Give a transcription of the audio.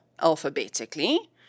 alphabetically